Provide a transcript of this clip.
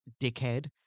dickhead